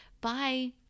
bye